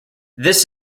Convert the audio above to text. this